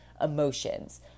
emotions